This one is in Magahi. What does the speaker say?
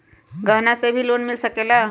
गहना से भी लोने मिल सकेला?